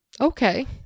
okay